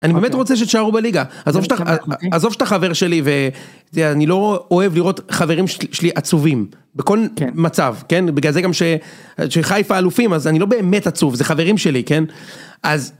אני באמת רוצה שתשארו בליגה, עזוב שאתה חבר שלי ו... אני לא אוהב לראות חברים שלי עצובים, בכל מצב, כן? בגלל זה גם ש... שחיפה אלופים, אז אני לא באמת עצוב, זה חברים שלי, כן? אז...